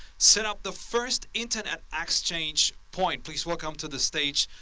set up the first internet exchange point. please welcome to the stage,